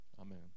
Amen